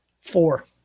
Four